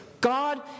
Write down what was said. God